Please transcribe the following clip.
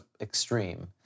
extreme